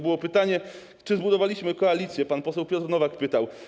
Padło pytanie, czy zbudowaliśmy koalicję, pan poseł Piotr Nowak o to pytał.